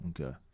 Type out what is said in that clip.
Okay